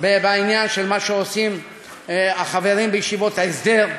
במה שעושים החברים בישיבות ההסדר.